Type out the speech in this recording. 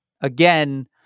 Again